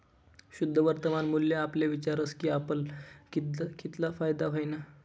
शुद्ध वर्तमान मूल्य आपले विचारस की आपले कितला फायदा व्हयना